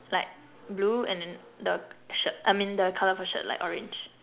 like blue and then the shirt I mean the colour of her shirt like orange